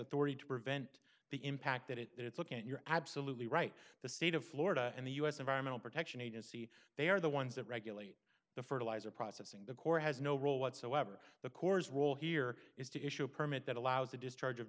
authority to prevent the impact that it it's looking at you're absolutely right the state of florida and the u s environmental protection agency they are the ones that regulate the fertilizer processing the corps has no role whatsoever the corps role here is to issue a permit that allows the discharge of